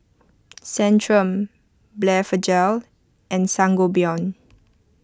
Centrum Blephagel and Sangobion